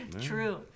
True